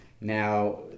Now